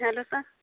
hello sir